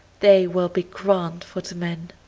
they will be grand for the men.